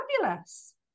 fabulous